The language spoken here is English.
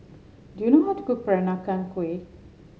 do you know how to cook Peranakan Kueh